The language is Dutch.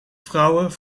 vrouwen